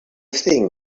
think